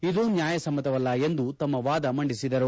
ಇದು ನ್ವಾಯಸಮ್ತವಲ್ಲ ಎಂದು ತಮ್ಮ ವಾದ ಮಂಡಿಸಿದರು